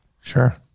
Sure